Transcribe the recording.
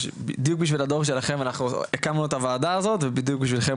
אנחנו פה בדיוק בשביל הדור שלכם,